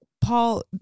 Paul